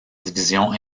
division